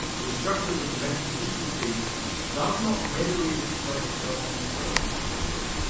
the structure that the metaphysician seeks does not readily display itself on the surface of language,